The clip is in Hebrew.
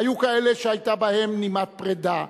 היו כאלה שהיתה בהם נימת פרידה,